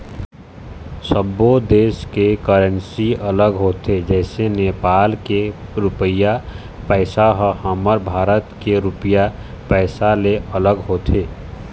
सब्बो देस के करेंसी अलग होथे जइसे नेपाल के रुपइया पइसा ह हमर भारत देश के रुपिया पइसा ले अलग होथे